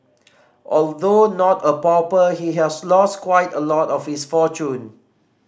although not a pauper he has lost quite a lot of his fortune